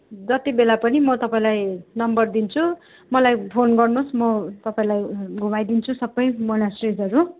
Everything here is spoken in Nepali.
जति बेला पनि म तपाईँलाई नम्बर दिन्छु मलाई फोन गर्नुहोस् म तपाईँलाई घुमाइदिन्छु सबै मनास्ट्रिजहरू